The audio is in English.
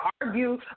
argue